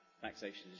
taxation